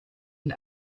and